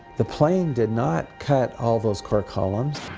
the plane did not cut all those core columns.